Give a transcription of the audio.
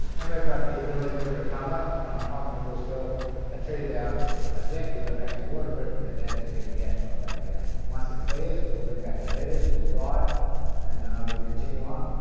and we've got the ability to recover, and i'm confident we'll still achieve our objective of actually waterproofing the deck and getting the asphalt back down. once it clears, we'll bring back the heaters, we'll dry it and will continue on.